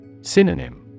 Synonym